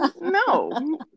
No